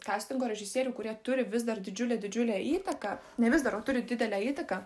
kastingo režisierių kurie turi vis dar didžiulę didžiulę įtaką ne vis dar o turi didelę įtaką